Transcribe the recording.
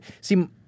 see